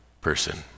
person